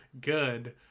good